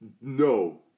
no